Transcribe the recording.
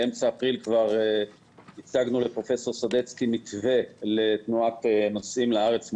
באמצע אפריל כבר הצגנו לפרופ' סדצקי מתווה לתנועת נוסעים לארץ,